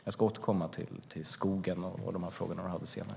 Jag ska återkomma till frågorna om skogen och Jens Holms andra frågor.